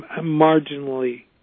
marginally